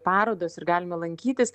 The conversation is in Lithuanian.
parodos ir galime lankytis